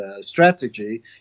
strategy